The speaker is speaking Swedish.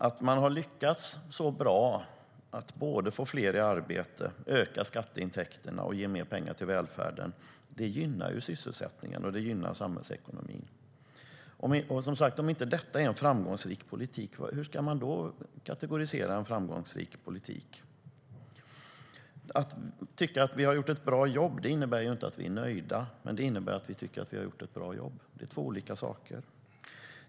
Att man har lyckats så bra med att få fler i arbete, öka skatteintäkterna och ge mer pengar till välfärden gynnar sysselsättningen och samhällsekonomin. Om inte detta är en framgångsrik politik, hur ska man då kategorisera en framgångsrik politik? Att tycka att vi har gjort att bra jobb innebär inte att vi är nöjda. Det innebär att vi tycker att vi har gjort ett bra jobb. Det är två olika saker.